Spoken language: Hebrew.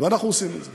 אנחנו עושים את זה.